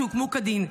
שהוקמו כדין".